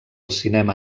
cinema